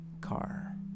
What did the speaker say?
car